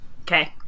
Okay